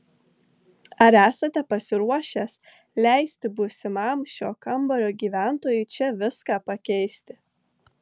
ar esate pasiruošęs leisti būsimam šio kambario gyventojui čia viską pakeisti